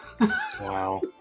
wow